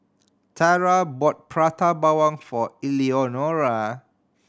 Tarah bought Prata Bawang for Eleonora